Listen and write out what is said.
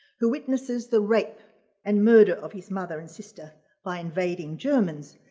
who witnesses the rape and murder of his mother and sister by invading germans,